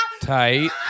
Tight